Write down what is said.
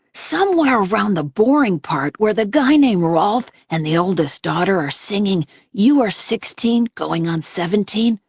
somewhere around the boring part where the guy named rolf and the oldest daughter are singing you are sixteen, going on seventeen,